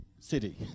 city